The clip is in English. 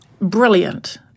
brilliant